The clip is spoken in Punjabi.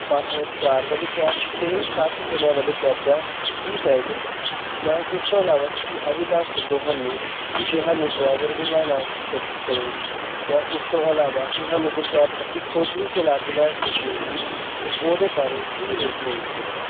ਬ ਚਾਰ ਵਾਲੀ ਕੈਬ ਅਤੇ ਸੱਤ ਜਣਿਆਂ ਵਾਲੇ ਕੈਬ ਦਾ ਕੀ ਪ੍ਰਾਈਸ ਹੁੰਦਾ ਨਾਲ ਉਸ ਤੋਂ ਇਲਾਵਾ ਤੁਸੀਂ ਇਹ ਵੀ ਦਸ ਸਕੋ ਸਾਨੂੰ ਕੀ ਜੇ ਸਾਨੂੰ ਡਰਾਈਵਰ ਵੀ ਲੈਣਾ ਸ ਪਏ ਜਾਂ ਉਸ ਤੋਂ ਇਲਾਵਾ ਕਿ ਸਾਨੂੰ ਜੇ ਕੈਬ ਅਸੀਂ ਖੁਦ ਹੀ ਚਲਾ ਕੇ ਲੈ ਸਕੀਏ ਅਤੇ ਉਹਦੇ ਬਾਰੇ ਕੀ ਰੇਟ ਮਿਲ ਸਕਦਾ